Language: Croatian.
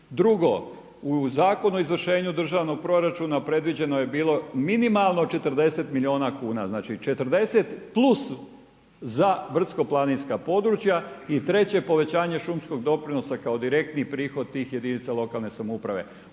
Drugo, u Zakonu o izvršenju državnog proračuna predviđeno je bilo minimalno 40 milijuna kuna, znači 40 plus za brdsko-planinska područja i treće, povećanje šumskog doprinosa kao direktni prihod tih jedinica lokalne samouprave.